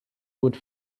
would